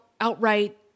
outright